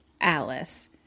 Alice